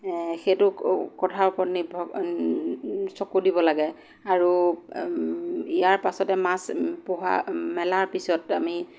এ সেইটো কথাৰ ওপৰত নিৰ্ভৰ চকু দিব লাগে আৰু ইয়াৰ পাছতে মাছ পোহা মেলাৰ পিছত আমি